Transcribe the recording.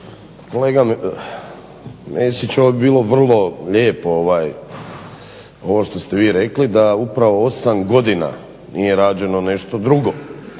Kolege Mesić ovo je bilo vrlo lijepo ovo što ste vi rekli da upravo 8 godina nije rađeno nešto drugo,